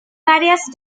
varias